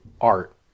art